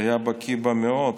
שהיה בקי בה מאוד,